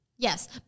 Yes